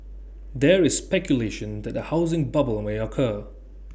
there is speculation that A housing bubble may occur